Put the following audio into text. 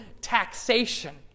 taxation